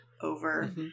over